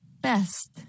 Best